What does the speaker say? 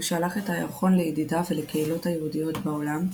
הוא שלח את הירחון לידידיו ולקהילות היהודיות בעולם.